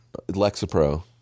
Lexapro